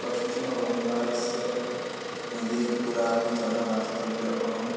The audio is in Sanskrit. पश्चिमबङ्गालस्य मेदिनीपुराभिजनवास्तव्य अहं